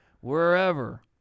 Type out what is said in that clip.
wherever